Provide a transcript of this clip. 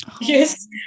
Yes